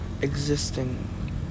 Existing